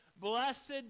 Blessed